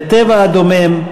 לטבע הדומם,